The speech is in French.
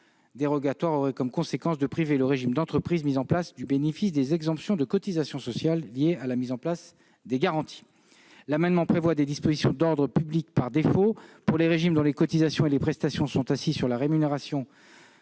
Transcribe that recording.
dérogatoires aurait pour conséquence de priver le régime d'entreprise mis en place du bénéfice des exemptions de cotisations sociales liées à la mise en place des garanties. L'amendement prévoit des dispositions d'ordre public par défaut pour les régimes dont les cotisations et les prestations sont assises sur la rémunération